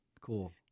cool